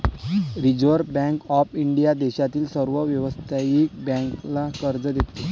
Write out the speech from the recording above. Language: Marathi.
रिझर्व्ह बँक ऑफ इंडिया देशातील सर्व व्यावसायिक बँकांना कर्ज देते